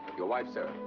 your wife, sir.